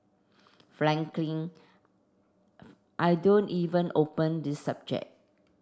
frankly I don't even open this subject